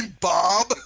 Bob